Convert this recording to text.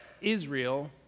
Israel